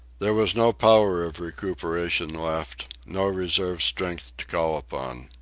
there was no power of recuperation left, no reserve strength to call upon.